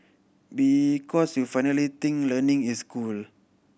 because you finally think learning is cool